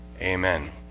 amen